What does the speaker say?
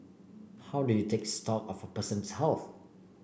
how do you take stock of person's health